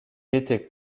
était